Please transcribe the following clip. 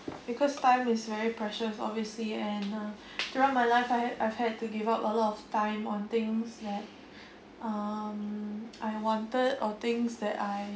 because time is very precious obviously and uh throughout my life I I've had to give up a lot of time on things that um I wanted or things that I